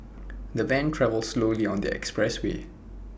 the van travelled slowly on the expressway